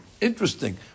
interesting